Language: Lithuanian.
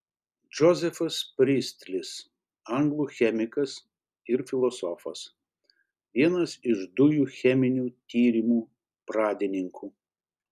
džozefas pristlis anglų chemikas ir filosofas vienas iš dujų cheminių tyrimų pradininkų